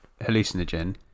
hallucinogen